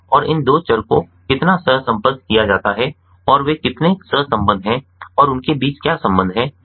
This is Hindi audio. और इन दो चर को कितना सहसंबद्ध किया जाता है और वे कितने सहसंबद्ध हैं और उनके बीच क्या संबंध है